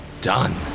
done